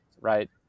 right